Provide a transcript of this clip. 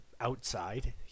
outside